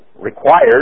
required